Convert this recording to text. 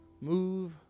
Move